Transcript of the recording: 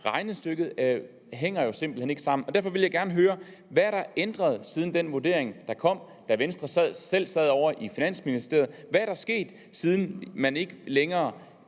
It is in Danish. Regnestykket hænger simpelt hen ikke sammen, og derfor vil jeg gerne høre, hvad der er ændret siden det tidspunkt, hvor den vurdering kom, og hvor Venstre selv sad ovre i Finansministeriet. Hvad er der sket, siden man ikke længere